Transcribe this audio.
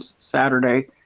Saturday